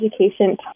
education